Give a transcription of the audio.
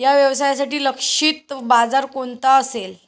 या व्यवसायासाठी लक्षित बाजार कोणता असेल?